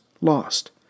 lost